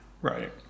Right